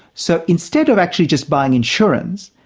so instead of actually just buying insurance,